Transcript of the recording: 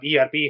ERP